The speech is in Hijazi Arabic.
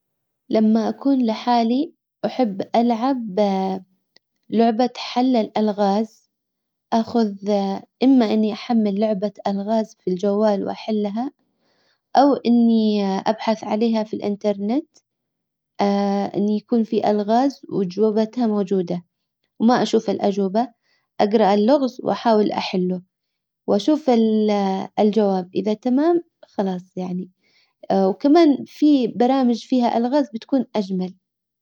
لما اكون لحالي احب العب لعبة حل الالغاز. اخذ اما اني احمل لعبة الغاز في الجوال واحلها. او اني ابحث عليها في الانترنت. ان يكون في الغاز وجوبتها موجوده وما اشوف الاجوبة اقرأ اللغز واحاول احله واشوف الجواب اذا تمام خلاص يعني وكمان في برامج فيها الغاز بتكون اجمل.